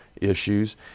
issues